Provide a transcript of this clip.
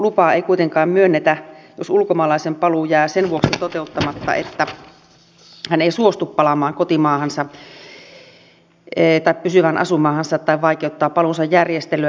oleskelulupaa ei kuitenkaan myönnetä jos ulkomaalaisen paluu jää toteuttamatta sen vuoksi että hän ei suostu palaamaan kotimaahansa tai pysyvään asuinmaahansa tai vaikeuttaa paluunsa järjestelyä